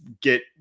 get